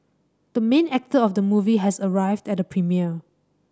the main actor of the movie has arrived at the premiere